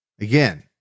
Again